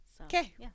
Okay